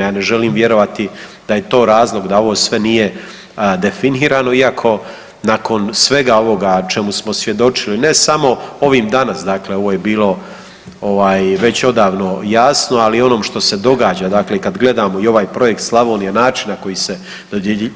Ja ne želim vjerovati da je to razlog da ovo sve nije definirano iako nakon svega ovoga čemu smo svjedočili ne samo ovim danas, dakle ovo je bilo ovaj već odavno jasno, ali i onom što se događa, dakle kad gledamo i ovaj projekt Slavonija, način na koji se